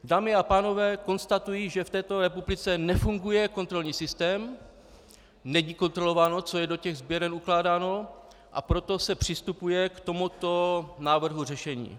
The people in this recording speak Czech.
Dámy a pánové, konstatuji, že v této republice nefunguje kontrolní systém, není kontrolováno, co je do těch sběren ukládáno, a proto se přistupuje k tomuto návrhu řešení.